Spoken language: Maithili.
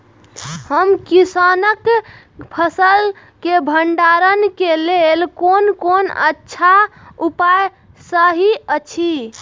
हम किसानके फसल के भंडारण के लेल कोन कोन अच्छा उपाय सहि अछि?